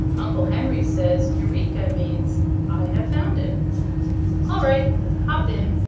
uncle henry says eureka means i have found it all right hop in.